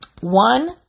One